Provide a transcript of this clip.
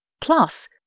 Plus